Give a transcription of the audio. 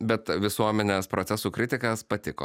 bet visuomenės procesų kritikas patiko